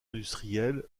industriel